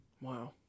Wow